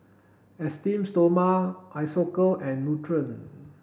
Esteem Stoma Isocal and Nutren